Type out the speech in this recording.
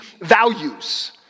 values